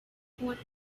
what